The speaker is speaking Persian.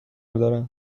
دارند